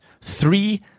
three